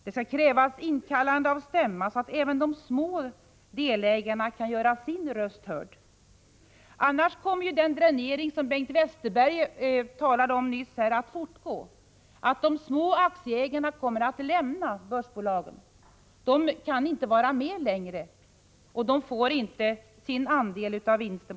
Det skall krävas inkallande av stämma så att även de små delägarna kan göra sin röst hörd. Annars kommer den dränering som Bengt Westerberg nyss talade om här att fortgå. De små aktieägarna kommer att lämna börsbolagen, för de kan inte vara med längre. På det sättet får de inte sin andel av vinsten.